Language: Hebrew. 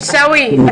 עיסאווי,